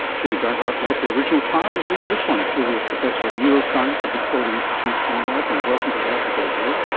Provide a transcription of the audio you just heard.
julie bernhardt led the original trial and is leading this one. julie is professor of neuroscience at the florey institute in melbourne. welcome to the health report, julie.